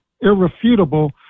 irrefutable